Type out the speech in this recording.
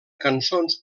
cançons